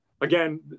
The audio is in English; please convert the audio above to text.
again